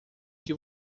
que